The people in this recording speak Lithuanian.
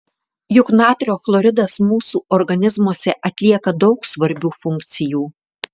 juk natrio chloridas mūsų organizmuose atlieka daug svarbių funkcijų